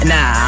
Nah